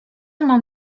mam